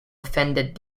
offended